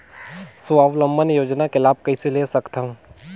स्वावलंबन योजना के लाभ कइसे ले सकथव?